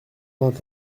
vingt